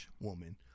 woman